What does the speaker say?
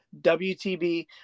WTB